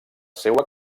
seua